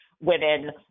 women